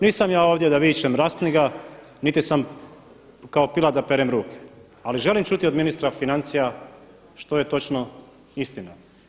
Nisam ja ovdje da vičem raspni ga niti sam kao Pilat da perem ruke, ali želim čuti od ministra financija što je točno istina.